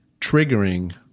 triggering